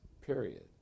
period